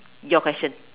your question